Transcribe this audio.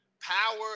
power